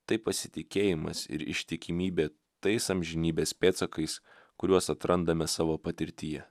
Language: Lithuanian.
tai pasitikėjimas ir ištikimybė tais amžinybės pėdsakais kuriuos atrandame savo patirtyje